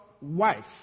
wife